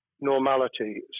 normality